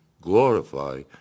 Glorify